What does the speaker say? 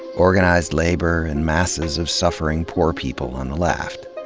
organized labor and masses of suffering poor people on the left.